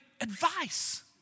advice